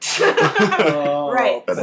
Right